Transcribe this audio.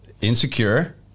insecure